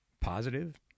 positive